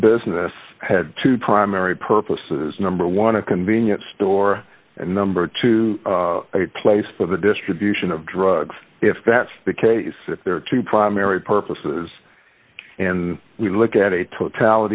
business had two primary purposes number one a convenience store and number two a place for the distribution of drugs if that's the case if there are two primary purposes and we look at a tot